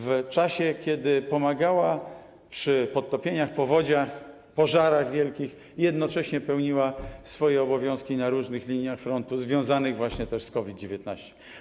W czasie, kiedy pomagała przy podtopieniach, powodziach, pożarach wielkich, jednocześnie pełniła swoje obowiązki na różnych liniach frontu związanych właśnie z COVID-19.